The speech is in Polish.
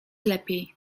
lepiej